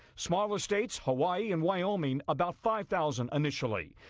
smaller states hawaii and wyoming about five thousand initially.